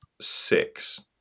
six